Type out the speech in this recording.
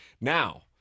Now